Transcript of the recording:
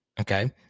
Okay